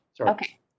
Okay